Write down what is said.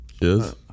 Yes